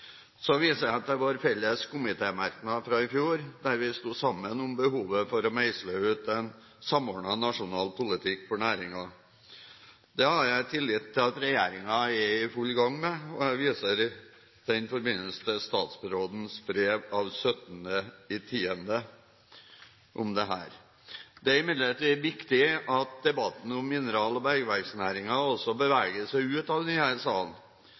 Så viser jeg til vår felles komitémerknad fra i fjor der vi stod sammen om behovet for å meisle ut en samordnet nasjonal politikk for næringen. Det har jeg tillit til at regjeringen er i full gang med, og jeg viser i den forbindelse til statsrådens brev av 17. oktober i år om dette. Det er imidlertid viktig at debatten om mineral- og bergverksnæringen også beveger seg ut av